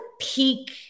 peak